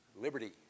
Liberty